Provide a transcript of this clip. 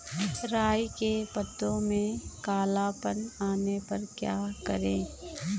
राई के पत्तों में काला पन आने पर क्या करें?